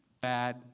bad